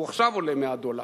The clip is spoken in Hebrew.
עכשיו הוא 100 דולר,